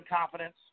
confidence